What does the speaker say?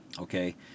Okay